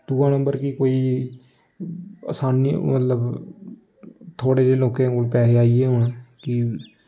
दूआ नम्बर कि कोई असानी मतलब थोह्ड़े जेह् लोकें कोल पैसे आई गे हून कि